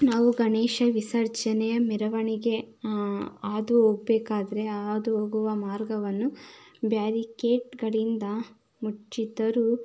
ನಾವು ಗಣೇಶ ವಿಸರ್ಜನೆಯ ಮೆರವಣಿಗೆ ಹಾದು ಹೋಗ್ಬೇಕಾದ್ರೆ ಹಾದು ಹೋಗುವ ಮಾರ್ಗವನ್ನು ಬ್ಯಾರಿಕೇಟ್ಗಳಿಂದ ಮುಚ್ಚಿದ್ದರೂ